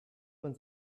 man